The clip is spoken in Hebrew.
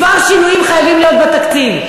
כמה שינויים חייבים להיות בתקציב.